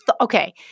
okay